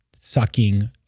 sucking